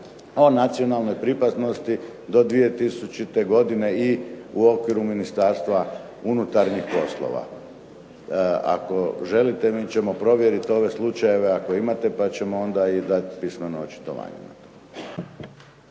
o nacionalnoj pripadnosti do 2000. godine i u okviru Ministarstva unutarnjih poslova. Ako želite mi ćemo provjeriti ove slučajeve ako imate pa ćemo onda i dati pismeno očitovanje.